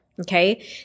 Okay